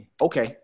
Okay